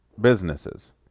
businesses